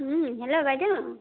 hello বাইদেউ